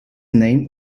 name